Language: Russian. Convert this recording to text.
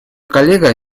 коллега